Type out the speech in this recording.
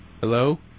Hello